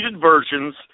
versions